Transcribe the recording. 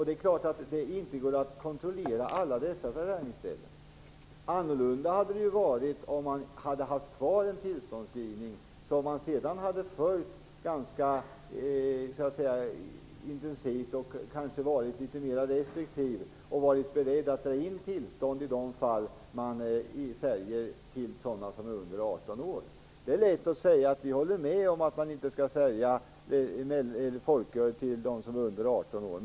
Det är klart att det inte går att kontrollera alla dessa försäljningsställen. Det hade varit annorlunda om tillståndsgivningen hade funnits kvar. Då hade man kunnat följa upp tillstånden ganska intensivt, och man hade kanske varit litet mer restriktiv. Man hade kunnat vara beredd att dra in tillstånd i de fall butiker säljer till ungdomar under 18 år. Det är lätt att säga: Vi håller med om att det inte skall säljas folköl till dem som är under 18 år.